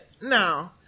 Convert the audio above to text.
No